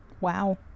wow